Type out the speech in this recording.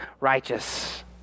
righteous